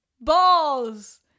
balls